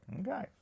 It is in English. Okay